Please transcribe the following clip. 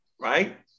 right